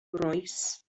rois